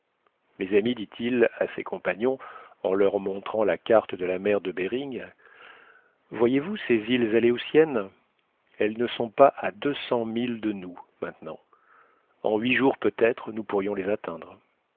mes amis dit-il à ses compagnons en leur montrant la carte de la mer de behring voyez-vous ces îles aléoutiennes elles ne sont pas à deux cents milles de nous maintenant en huit jours peutêtre nous pourrions les atteindre